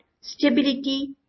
stability